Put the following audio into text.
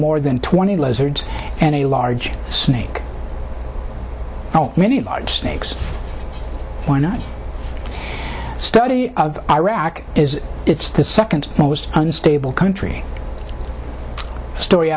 more than twenty lizards and a large snake many large snakes why not study of iraq is its the second most unstable country story